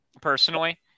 personally